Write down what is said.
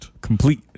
Complete